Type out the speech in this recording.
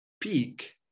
peak